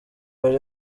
buri